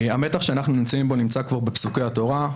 המתח שאנחנו נמצאים בו נמצא כבר בפסוקי התורה.